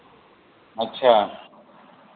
अच्छा